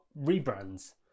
rebrands